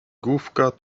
główka